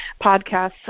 podcasts